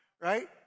Right